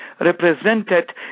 represented